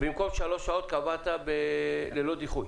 אז במקום שלוש שעות קבעת ללא דיחוי.